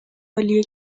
عالیه